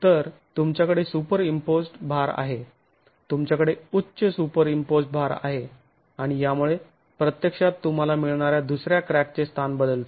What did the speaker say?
तर तुमच्याकडे सुपरइंम्पोज्ड भार आहे तुमच्याकडे उच्च सुपरइंम्पोज्ड भार आहे आणि यामुळे प्रत्यक्षात तुम्हाला मिळणाऱ्या दुसऱ्या क्रॅकचे स्थान बदलते